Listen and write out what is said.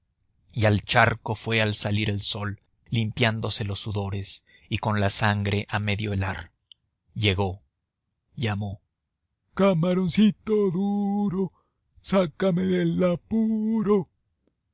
y al charco fue al salir el sol limpiándose los sudores y con la sangre a medio helar llegó llamó p camaroncito duro sácame del apuro